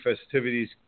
festivities